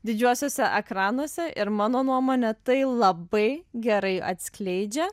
didžiuosiuose ekranuose ir mano nuomone tai labai gerai atskleidžia